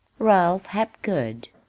ralph hapgood.